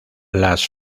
las